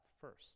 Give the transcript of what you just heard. first